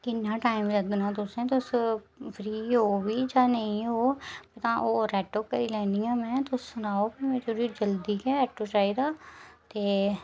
किन्ना टाईम लग्गना तुस फ्री हो बी जां नेई हो जां होर आटो करी लैन्नी आं में तुस सुनाओ थोह्ड़ी जल्दी गै आटो चाहिदा ते